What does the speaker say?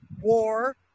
war